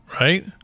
right